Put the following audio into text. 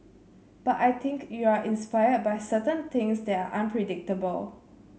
but I think you are inspired by certain things that are unpredictable